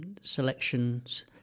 selections